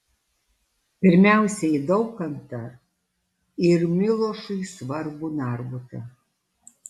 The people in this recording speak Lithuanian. pirmiausia į daukantą ir milošui svarbų narbutą